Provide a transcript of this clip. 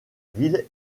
ville